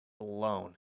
Alone